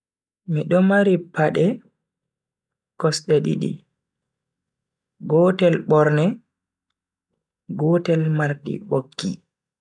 Mido mari pade kosde didi. Gotel borne, gotel mardi boggi.